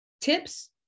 tips